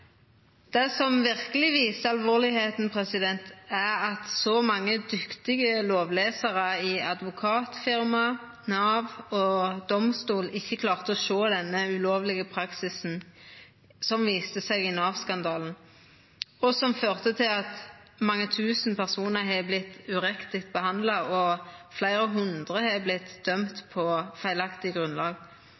Det som verkeleg viser alvoret, er at så mange dyktige lovlesarar i advokatfirma, Nav og domstol ikkje klarte å sjå den ulovlege praksisen som viste seg i Nav-skandalen, og som førte til at mange tusen personar har vorte urett behandla, og fleire hundre har vorte dømde på feilaktig grunnlag.